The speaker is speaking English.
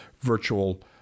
virtual